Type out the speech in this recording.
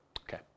Okay